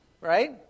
right